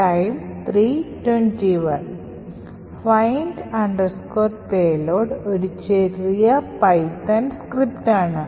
find payload ഒരു ചെറിയ Python സ്ക്രിപ്റ്റാണ്